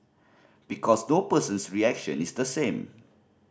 because no person's reaction is the same